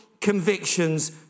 convictions